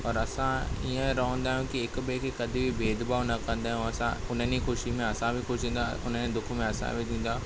औरि असां ईअं रहंदा आहियूं की हिक ॿिए खे कॾहिं बि भेद भाव न कंदा आहियूं असां उन्हनि ई ख़ुशी में असां बि ख़ुश थींदा आहियूं उन्हनि जे दुख में असां बि थींदा आहियूं